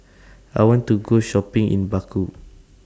I want to Go Shopping in Baku